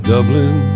Dublin